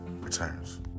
returns